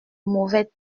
mauvais